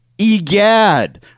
EGAD